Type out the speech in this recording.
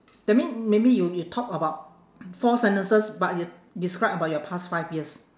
that mean maybe you you talk about four sentences but you describe about your past five years